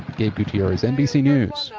gabe gutierrez, nbc news,